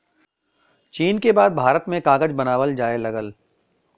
चीन क बाद भारत में कागज बनावल जाये लगल